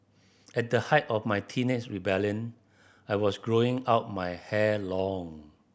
at the height of my teenage rebellion I was growing out my hair long